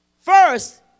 first